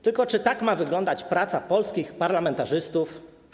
Tylko czy tak ma wyglądać praca polskich parlamentarzystów?